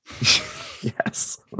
Yes